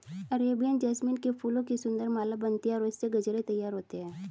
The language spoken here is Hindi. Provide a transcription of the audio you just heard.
अरेबियन जैस्मीन के फूलों की सुंदर माला बनती है और इससे गजरे तैयार होते हैं